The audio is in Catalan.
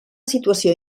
situació